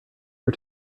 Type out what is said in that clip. are